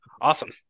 Awesome